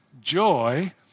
joy